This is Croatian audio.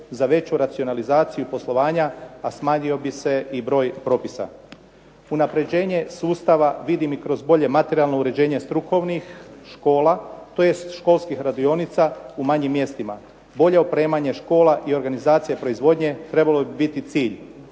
za veću racionalizaciju poslovanja, a smanjio bi se i broj propisa. Unapređenje sustava vidim i kroz bolje materijalno uređenje strukovnih škola, tj. školskih radionica u manjim mjestima, bolje opremanje škola i organizacije proizvodnje trebalo bi biti cilj.